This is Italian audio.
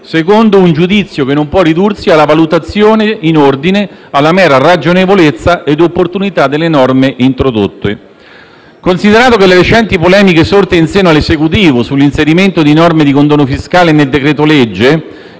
secondo un giudizio che non può ridursi alla valutazione in ordine alla mera ragionevolezza od opportunità delle norme introdotte. Si consideri che le recenti polemiche sorte in seno all'Esecutivo sull'inserimento di norme di condono fiscale nel decreto-legge,